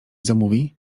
zamówi